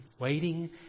waiting